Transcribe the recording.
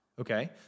okay